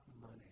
money